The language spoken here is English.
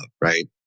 right